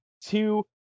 two